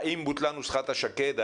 האם בוטלה נוסחת השק"ד?